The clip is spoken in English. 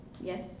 Yes